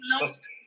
lost